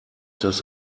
das